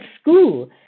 school